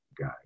guy